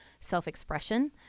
self-expression